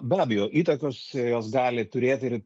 be abejo įtakos jos gali turėti ir